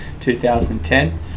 2010